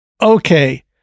Okay